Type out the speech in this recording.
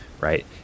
right